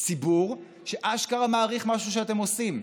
ציבור שאשכרה מעריך משהו שאתם עושים.